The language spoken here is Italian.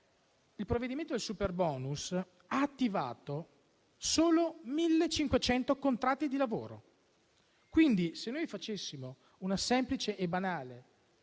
il provvedimento del superbonus ha attivato solo 1.500 contratti di lavoro. Se facessimo una semplice e banale